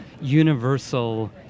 universal